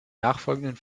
nachfolgenden